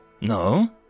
no